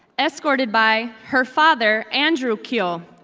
escorted by her father, andrew kio,